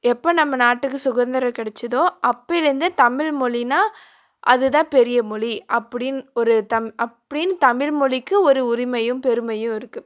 எப்போது நம்ம நாட்டுக்கு சுதந்திரம் கிடச்சிதோ அப்போயில் இருந்தே தமிழ்மொழியின்னா அதுதான் பெரிய மொழி அப்படின் ஒரு தம் அப்படின்னு தமிழ்மொழிக்கு ஒரு உரிமையும் பெருமையும் இருக்குது